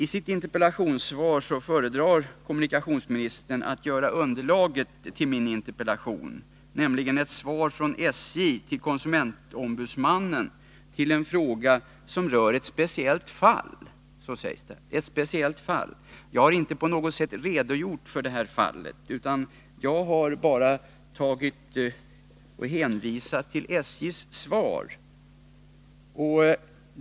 I sitt interpellationssvar föredrar kommunikationsministern att göra underlaget för min interpellation — ett svar från SJ till konsumentombudsmannen -— till en fråga som rör ett speciellt fall. Jag har inte på något sätt redogjort för detta fall, utan jag har bara hänvisat till SJ:s svar.